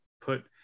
put